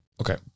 Okay